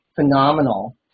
phenomenal